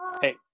Hey